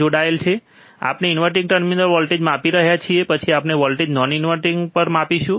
હવે આપણે inverting terminal પર વોલ્ટેજ માપી રહ્યા છીએ પછી આપણે વોલ્ટેજને નોન ઇન્વર્ટીંગ પર માપીશું